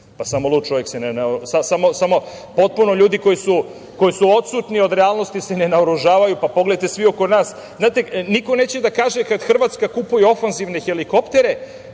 Pa, samo lud čovek se, samo potpuno ljudi koji su odsutni od realnosti se ne naoružavaju. Pa, pogledajte svi oko nas, znate, niko neće da kaže kad Hrvatska kupuje ofanzivne helikoptere,